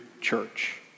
church